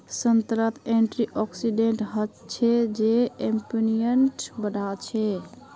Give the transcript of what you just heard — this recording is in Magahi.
संतरात एंटीऑक्सीडेंट हचछे जे इम्यूनिटीक बढ़ाछे